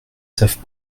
savent